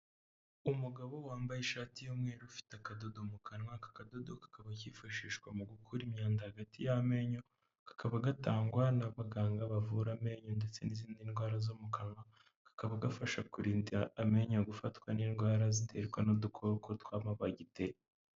Umugabo wambaye ishati y'umweru ufite akadodo mu kanwa aka akakadodo kakaba kifashishwa mu gukura imyanda hagati y'amenyo kakaba gatangwa n'abaganga bavura amenyo ndetse n'izindi ndwara zo mu kanwa, kakaba gafasha kurindira amenyo gufatwa n'indwara ziterwa n'udukoko tw'amabagiteri.